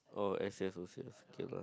oh a_c_s_o_c_s okay lah